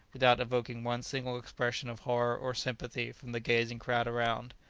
without evoking one single expression of horror or sympathy from the gazing crowd around.